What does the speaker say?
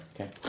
Okay